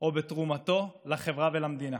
או בתרומתו לחברה ולמדינה.